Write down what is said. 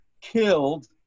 killed